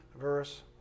verse